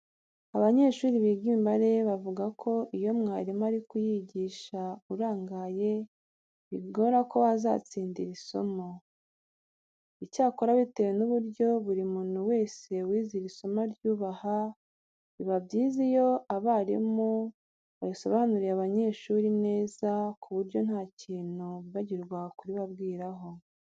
Abanyeshuri biga imibare bavuga ko iyo umwarimu ari kuyigisha urangaye bigora ko wazatsinda iri somo. Icyakora bitewe n'uburyo buri muntu wese wize iri somo aryubaha, biba byiza iyo abarimu barisobanuriye abanyeshuri neza ku buryo nta kintu bibagirwa kuribabwiraho.